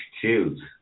choose